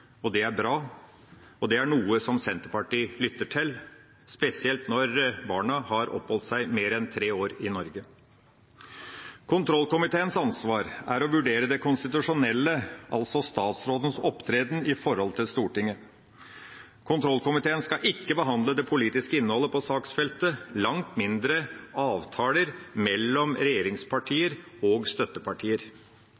og det er bra, og det er noe som Senterpartiet lytter til, spesielt når barna har oppholdt seg mer enn tre år i Norge. Kontrollkomiteens ansvar er å vurdere det konstitusjonelle, altså statsrådens opptreden overfor Stortinget. Kontrollkomiteen skal ikke behandle det politiske innholdet på saksfeltet, langt mindre avtaler mellom regjeringspartier og støttepartier.